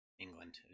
England